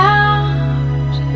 out